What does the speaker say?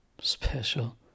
Special